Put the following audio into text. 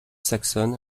saxonne